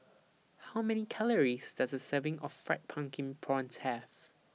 How Many Calories Does A Serving of Fried Pumpkin Prawns Have